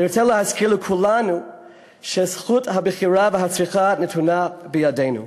אני רוצה להזכיר לכולנו שזכות הבחירה והצריכה נתונה בידינו.